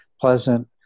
pleasant